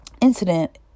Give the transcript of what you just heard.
incident